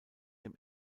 dem